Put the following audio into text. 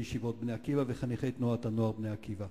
ישיבות "בני עקיבא" וחניכי תנועת הנוער "בני עקיבא".